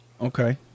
Okay